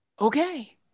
Okay